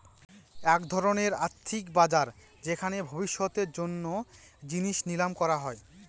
এক ধরনের আর্থিক বাজার যেখানে ভবিষ্যতের জন্য জিনিস নিলাম করা হয়